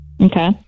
Okay